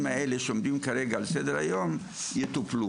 האלה שעומדים כרגע על סדר-היום יטופלו.